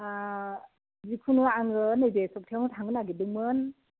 जिकुनु आङो नैबे सप्तायावनो थांनो नागिरदोंमोन